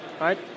right